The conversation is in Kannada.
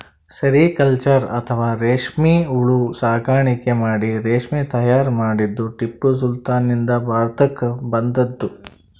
ಸೆರಿಕಲ್ಚರ್ ಅಥವಾ ರೇಶ್ಮಿ ಹುಳ ಸಾಕಾಣಿಕೆ ಮಾಡಿ ರೇಶ್ಮಿ ತೈಯಾರ್ ಮಾಡದ್ದ್ ಟಿಪ್ಪು ಸುಲ್ತಾನ್ ನಿಂದ್ ಭಾರತಕ್ಕ್ ಬಂದದ್